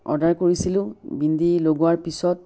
order কৰিছিলোঁ বিন্দি লগোৱাৰ পিছত